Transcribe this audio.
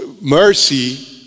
mercy